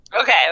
Okay